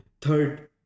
third